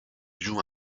joue